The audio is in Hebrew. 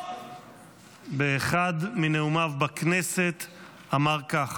באחד מנאומיו בכנסת אמר כך: